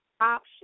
option